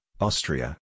Austria